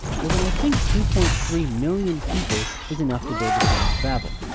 well then i think two point three million people is enough to build the tower of babel.